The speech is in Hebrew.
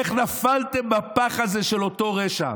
איך נפלתם בפח הזה של אותו רשע?